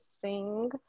sing